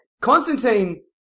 Constantine